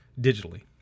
digitally